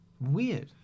Weird